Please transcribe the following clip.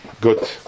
Good